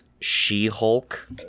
She-Hulk